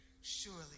surely